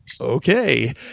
okay